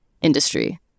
industry